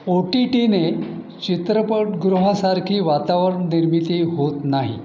ओ T टीने चित्रपटगृहासारखी वातावरण निर्मिती होत नाही